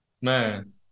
Man